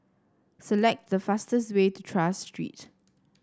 select the fastest way to Tras Street